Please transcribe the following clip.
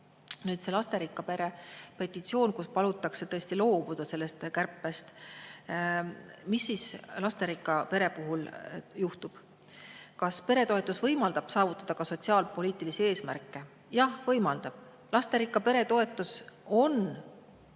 Nüüd see lasterikka pere petitsioon, kus palutakse tõesti loobuda sellest kärpest. Mis siis lasterikka pere puhul juhtub, kas peretoetus võimaldab saavutada ka sotsiaalpoliitilisi eesmärke? Jah, võimaldab. Lasterikka pere toetus on